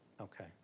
Okay